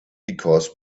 because